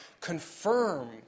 confirm